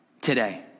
Today